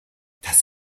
das